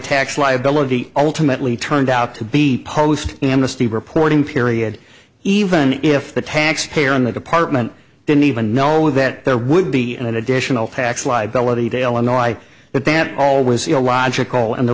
tax liability ultimately turned out to be post amnesty reporting period even if the taxpayer in the department didn't even know that there would be an additional tax liability to illinois but that all was illogical and the